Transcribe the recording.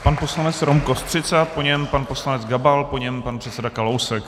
Pan poslanec Rom Kostřica, po něm pan poslanec Gabal, po něm pan předseda Kalousek.